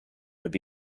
would